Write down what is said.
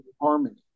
harmony